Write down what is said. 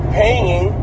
paying